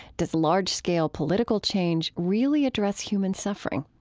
does large-scale political change really address human suffering?